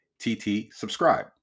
ttsubscribe